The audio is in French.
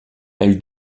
elle